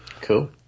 Cool